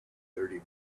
thirty